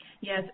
Yes